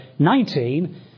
19